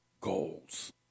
goals